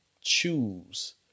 choose